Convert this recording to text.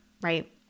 right